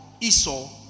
Esau